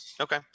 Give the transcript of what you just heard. okay